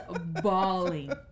bawling